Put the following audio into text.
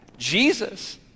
Jesus